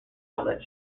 outlet